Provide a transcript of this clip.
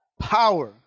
Power